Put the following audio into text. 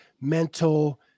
mental